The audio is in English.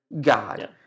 God